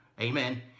Amen